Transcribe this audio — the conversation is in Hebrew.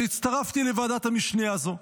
אז הצטרפתי לוועדת המשנה הזאת.